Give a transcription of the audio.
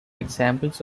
examples